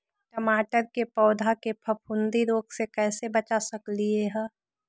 टमाटर के पौधा के फफूंदी रोग से कैसे बचा सकलियै ह?